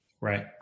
Right